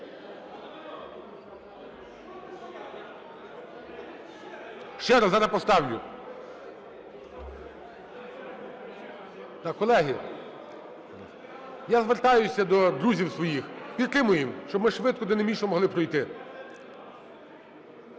Ще раз зараз поставлю. Так, колеги, я звертаюся до друзів своїх, підтримуємо, щоб ми швидко, динамічно могли пройти.